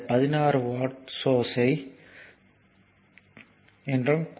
இந்த 16 வோல்ட் சோர்ஸ்யை 16 voltage source ஆகும்